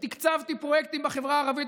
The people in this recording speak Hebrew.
ותקצבתי פרויקטים בחברה הערבית.